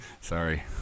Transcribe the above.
sorry